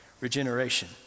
regeneration